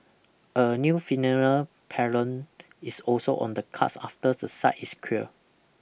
a new funeral parlour is also on the cards after the site is cleared